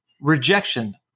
rejection